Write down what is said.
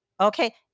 Okay